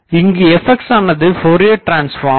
இங்கு Fxஆனது Fourier transform